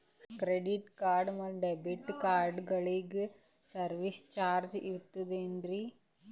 Credit card ಮತ್ತು debit ಕಾರ್ಡಗಳಿಗೆ service charge ಇರುತೇನ್ರಿ?